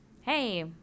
hey